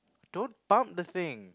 don't top the thing